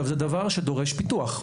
זה דבר שדורש פיתוח.